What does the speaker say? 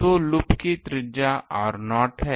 तो लूप की त्रिज्या r0 है